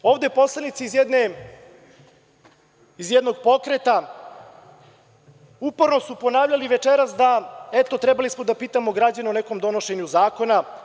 Takođe, ovde su poslanici iz jednog pokreta uporno ponavljali večeras da smo trebali da pitamo građane o nekom donošenju zakona.